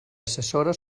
assessora